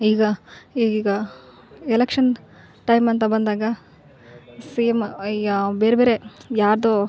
ಈಗ ಈಗ election time ಅಂತ ಬಂದಾಗ ಸೇಮ್ ಯಾ ಬೇರೆಬೇರೆ ಯಾರದೋ